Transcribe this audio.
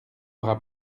aura